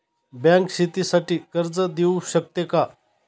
Bank शेतीसाठी कर्ज देऊ शकते का?